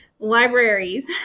libraries